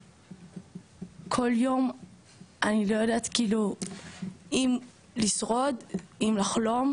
כל יום אני לא יודעת כאילו אם לשרוד, אם לחלום,